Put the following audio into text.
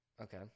Okay